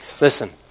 Listen